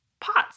pots